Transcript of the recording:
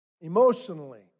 emotionally